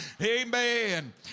amen